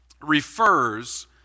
refers